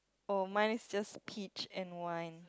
oh mine is just peach and wine